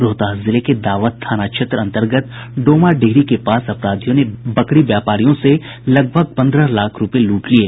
रोहतास जिले के दावथ थाना क्षेत्र अंतर्गत डोमा डिहरी के पास अपराधियों ने बकरी व्यापारियों से लगभग पंद्रह लाख रूपये लूट लिये